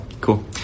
cool